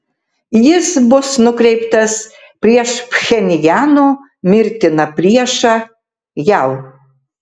jis bus nukreiptas prieš pchenjano mirtiną priešą jav